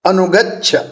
अनुगच्छ